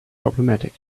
problematic